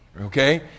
Okay